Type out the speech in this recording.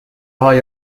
های